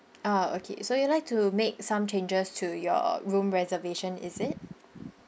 ah okay so you would like to make some changes to your room reservation is it